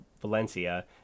Valencia